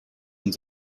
und